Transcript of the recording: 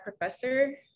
professor